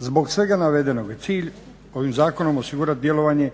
Zbog svega navedenog cilj je ovim zakonom osigurati djelovanje